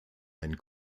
ein